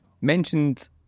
mentioned